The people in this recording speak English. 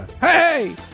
Hey